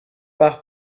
par